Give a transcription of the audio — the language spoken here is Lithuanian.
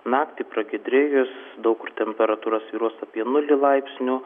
naktį pragiedrėjus daug kur temperatūra svyruos apie nulį laipsnių